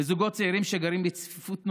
זוגות צעירים גרים בצפיפות נוראית,